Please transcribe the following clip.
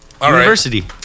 University